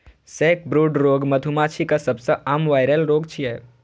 sacbrood रोग मधुमाछीक सबसं आम वायरल रोग छियै